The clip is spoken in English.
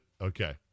Okay